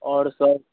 आओर सब